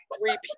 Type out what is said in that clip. Repeat